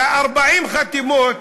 ו-40 החתימות,